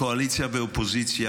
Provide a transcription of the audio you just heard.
קואליציה ואופוזיציה,